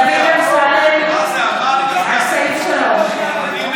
דוד אמסלם, נגד